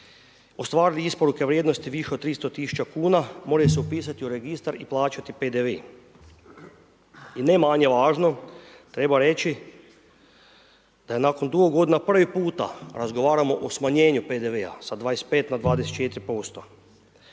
ostvarili isporuke vrijednosti višoj od 300000 kn, more se upisati u registar i plaćati PDV. I ne manje važno, treba reći, da je nakon dugo godina prvi puta, razgovaramo o smanjenju PDV-a sa 25 na 24